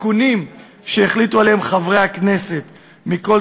התיקונים שהחליטו עליהם חברי הכנסת מכל